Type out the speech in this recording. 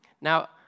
Now